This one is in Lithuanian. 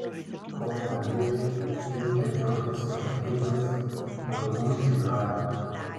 kol gali reikia džiaugtis pakilimais drauguži hari